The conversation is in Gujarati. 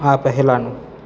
આ પહેલાંનું